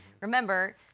remember